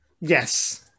Yes